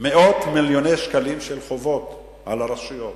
מאות מיליוני שקלים של חובות על הרשויות.